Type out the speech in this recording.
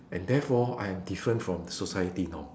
and therefore I am different from society norm